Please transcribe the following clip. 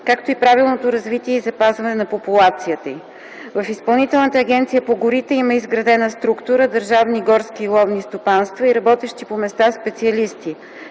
както и правилното развитие и запазване на популацията й. В Изпълнителната агенция по горите има изградена структура – държавни горски и ловни стопанства и работещи по места специалисти